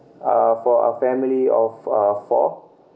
uh for a family of uh four